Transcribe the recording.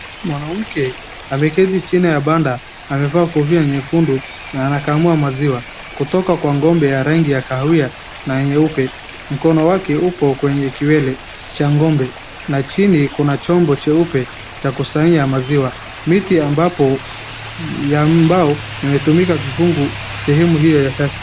Mwanamke ameketi chini la banda amevaa kofia nyekundu na anakamua maziwa kutoka kwa ng'ombe rangi ya kawia na nyeupe mkono wake upo kwenye kiwere cha ng'ombe na chini kuna chombo cheupe cha kusanyia maziwa miti ambaapo ambao imetumika kifungu sehemu hiyo ya kazi.